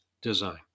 design